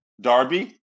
darby